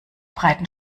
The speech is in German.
breiten